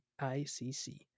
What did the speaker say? ICC